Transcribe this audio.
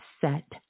set